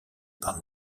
par